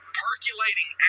percolating